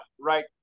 right